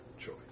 choice